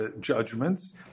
judgments